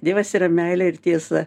dievas yra meilė ir tiesa